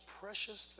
precious